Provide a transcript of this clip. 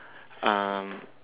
uh